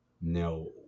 No